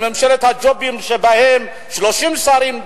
בממשלת הג'ובים, שבה 30 שרים,